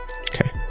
Okay